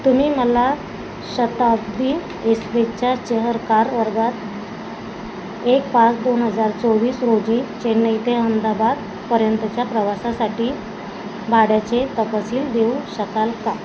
तुम्ही मला शताब्दी एस्पेसच्या चेअर कार वर्गात एक पाच दोन हजार चोवीस रोजी चेन्नई ते अहमदाबाद पर्यंतच्या प्रवासासाठी भाड्याचे तपशील देऊ शकाल का